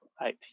right